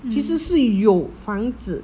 其实是有房子